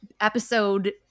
episode